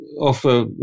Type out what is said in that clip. offer